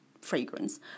fragrance